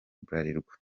bralirwa